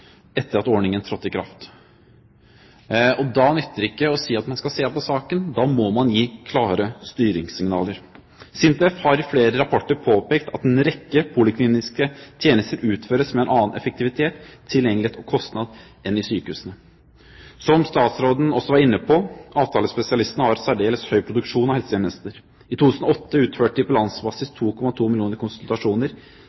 etter at ordningen trådte i kraft. Da nytter det ikke å si at man skal se på saken, da må man gi klare styringssignaler. SINTEF har i flere rapporter påpekt at en rekke polikliniske tjenester utføres med en annen effektivitet, tilgjengelighet og kostnad enn i sykehusene. Som statsråden også var inne på: Avtalespesialistene har særdeles høy produksjon av helsetjenester. I 2008 utførte de på landsbasis 2,2 millioner konsultasjoner, noe som er